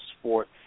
sport